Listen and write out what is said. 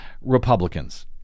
Republicans